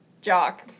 jock